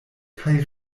kaj